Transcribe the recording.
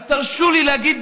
אז תרשו לי להגיד,